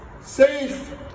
safe